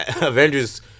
Avengers